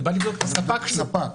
זה בא לבדוק את הספק שלו.